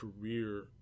career